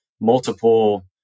multiple